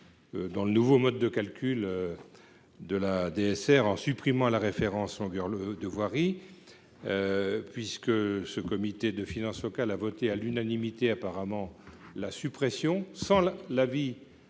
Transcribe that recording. dans le nouveau mode de calcul de la DSR en supprimant la référence le de voirie puisque ce comité de finances locales a voté à l'unanimité, apparemment la suppression sans la vie